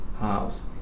house